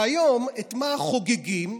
והיום את מה חוגגים?